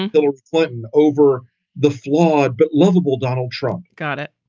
and bill clinton over the flawed but lovable donald trump. got it.